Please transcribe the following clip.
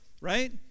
right